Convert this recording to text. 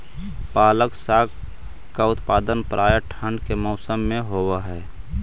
पालक साग का उत्पादन प्रायः ठंड के मौसम में होव हई